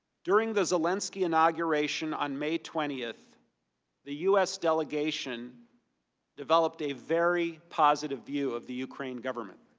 during the zelensky inauguration on may twentieth the u s. delegation developed a very positive view of the ukrainian government.